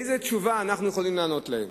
איזו תשובה אנחנו יכולים לתת להם?